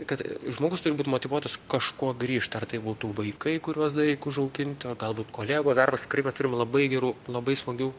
kad žmogus turi būt motyvuotas kažko grįžt ar tai būtų vaikai kuriuos dar reik užauginti o galbūt kolegų darbas bet tikrai turim labai gerų labai smagių